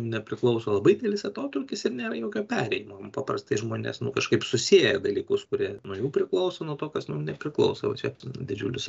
nepriklauso labai didelis atotrūkis ir nėra jokio perėjimo paprastai žmonės kažkaip susieja dalykus kurie nuo jų priklauso nuo to kas mum nepriklauso va čia didžiulis